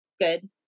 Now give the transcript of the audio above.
good